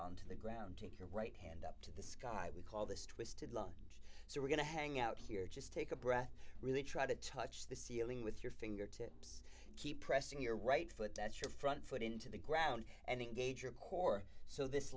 on to the ground take your right hand up to the sky we call this twisted lunge so we're going to hang out here just take a breath really try to touch the ceiling with your fingertips keep pressing your right foot that's your front foot into the ground and engage your core so this